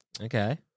Okay